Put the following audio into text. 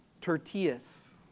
Tertius